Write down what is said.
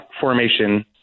formation